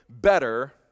better